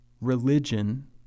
religion